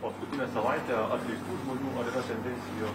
paskutinę savaitę atleistų žmonių ar yra tendencija